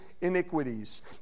iniquities